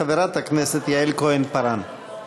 חברת הכנסת יעל כהן-פארן.